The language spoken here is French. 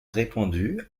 répandu